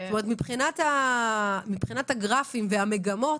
זאת אומרת, מבחינת הגרפים והמגמות,